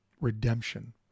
redemption